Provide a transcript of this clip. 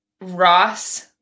Ross